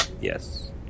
Yes